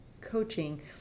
coaching